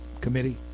committee